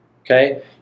okay